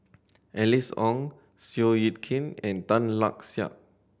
Alice Ong Seow Yit Kin and Tan Lark Sye